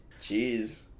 Jeez